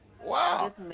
Wow